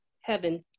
Heaven